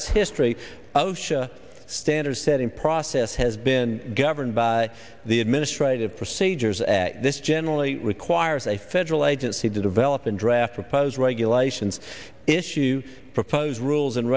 its history of show a standard setting process has been governed by the administrative procedures act this generally requires a federal agency to develop and draft proposed regulations issue propose rules and